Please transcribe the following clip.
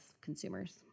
consumers